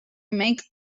make